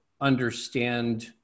understand